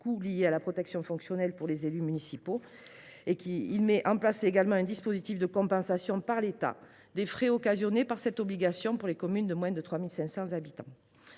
coûts liés à la protection fonctionnelle des élus municipaux ; elle a également mis en place un dispositif de compensation par l’État des frais occasionnés par cette obligation pour les communes de moins de 3 500 habitants.